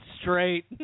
straight